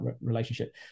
relationship